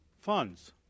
funds